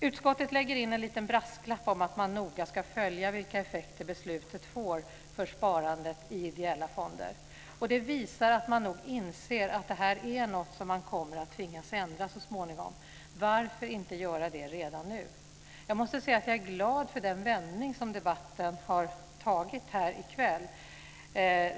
Utskottet lägger in en liten brasklapp om att man noga ska följa vilka effekter beslutet får för sparandet i ideella fonder. Det visar att man nog inser att det här är något som man kommer att tvingas ändra så småningom. Varför inte göra det redan nu? Jag måste säga att jag är glad över den vändning som debatten har tagit här i kväll.